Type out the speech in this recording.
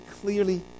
clearly